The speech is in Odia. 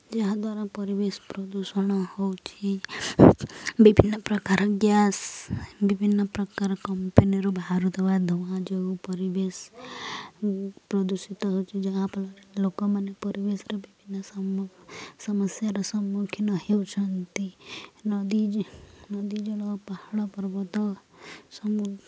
ଯାହା ଦ୍ୱାରା ପରିବେଶ ପ୍ରଦୂଷଣ ହେଉଛିି ବିଭିନ୍ନପ୍ରକାର ଗ୍ୟାସ୍ ବିଭିନ୍ନପ୍ରକାର କମ୍ପାନୀରୁ ବାହାରୁଥିବା ଧୂଆଁ ଯୋଗୁଁ ପରିବେଶ ପ୍ରଦୂଷିତ ହେଉଛି ଯାହା ଫଳରେ ଲୋକମାନେ ପରିବେଶର ବିଭିନ୍ନ ସମସ୍ୟାର ସମ୍ମୁଖୀନ ହେଉଛନ୍ତି ନଦୀ ନଦୀ ଜଳ ପାହାଡ଼ ପର୍ବତ